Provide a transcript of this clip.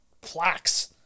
plaques